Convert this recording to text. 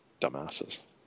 dumbasses